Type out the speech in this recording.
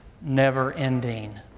never-ending